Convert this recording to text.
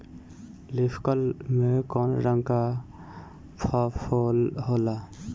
Leaf curl में कौने रंग का फफोला होला?